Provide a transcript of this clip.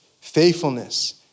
faithfulness